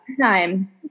time